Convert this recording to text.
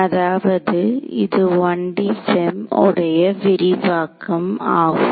அதாவது இது 1D FEM உடைய விரிவாக்கம் ஆகும்